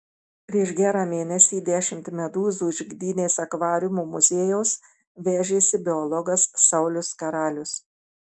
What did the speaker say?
prieš gerą mėnesį dešimt medūzų iš gdynės akvariumo muziejaus vežėsi biologas saulius karalius